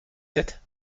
sept